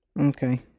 okay